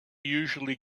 usually